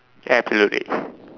absolutely